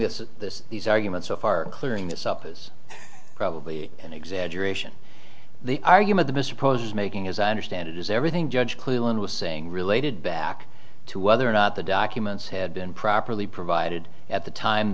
that this these arguments are clearing this up is probably an exaggeration the argument the mr pros making as i understand it is everything judge clearly was saying related back to whether or not the documents had been properly provided at the time